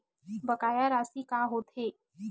बकाया राशि का होथे?